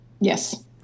Yes